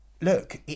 look